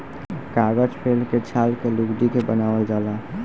कागज पेड़ के छाल के लुगदी के बनावल जाला